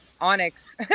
Onyx